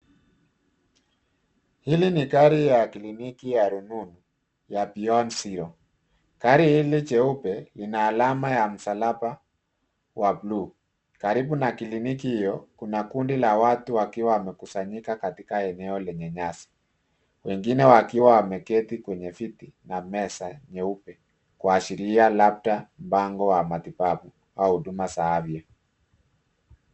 Hili ni gari ya kliniki ya rununu ya Beyond Zero . Gari hili jeupe lina alama ya msalaba wa blue . Karibu na kliniki hiyo kuna kundi la watu wakiwa wamekusanyika katika eneo lenye nyasi. Wengine wakiwa wameketi kwenye viti na meza nyeupe kuashiria labda mpango wa matibabu au huduma za afya.